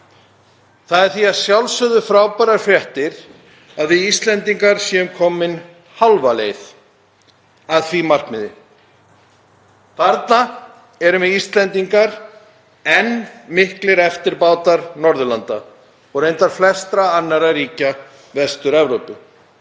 Það eru því að sjálfsögðu frábærar fréttir að við Íslendingar séum komin hálfa leið að því markmiði. Þarna erum við Íslendingar enn miklir eftirbátar Norðurlanda og reyndar flestra annarra ríkja Vestur-Evrópu.